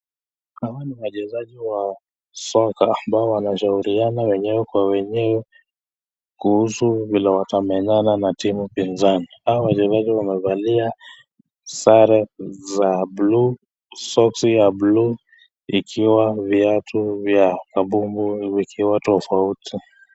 Hawa ni wachezaji wa soka ambao wanashauriana wenyewe kwa wenyewe kuhusu vile watamenyana na timu pinzani. Hawa wachezaji wamevalia sare za bluu, soksi ya bluu ikiwa viatu vya kambumbu vikiwa tofauti.